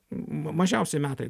m mažiausiai metai